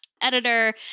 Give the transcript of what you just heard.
editor